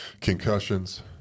concussions